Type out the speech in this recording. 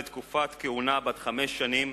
לתקופת כהונה בת חמש שנים,